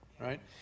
right